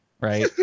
Right